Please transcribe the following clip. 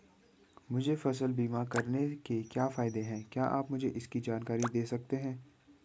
मुझे फसल बीमा करवाने के क्या फायदे हैं क्या आप मुझे इसकी जानकारी दें सकते हैं?